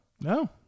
No